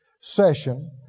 session